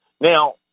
Now